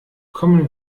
kommen